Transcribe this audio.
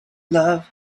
love